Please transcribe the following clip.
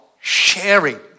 Sharing